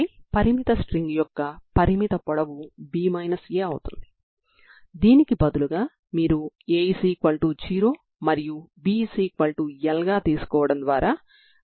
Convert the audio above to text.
మీరు n0 ని పెడితే L2 మరియు cos 2 0అవుతుంది